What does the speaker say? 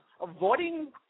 avoiding